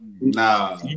nah